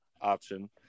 option